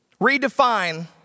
Redefine